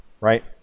right